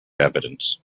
evidence